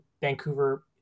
Vancouver